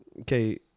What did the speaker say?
okay